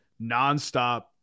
nonstop